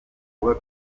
kuba